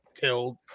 killed